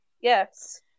Yes